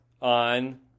on